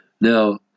Now